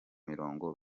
mirongo